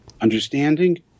understanding